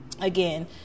again